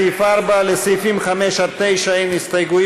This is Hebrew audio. אנחנו הסרנו את ההסתייגויות לסעיף 4. לסעיפים 5 9 אין הסתייגויות,